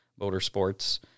Motorsports